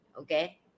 okay